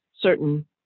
certain